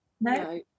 No